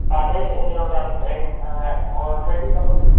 അപ്പോൾ അത് എന്തിനുള്ളതാണ് ഇത്രേം ആൾറെഡി നമുക്കിപ്പോൾ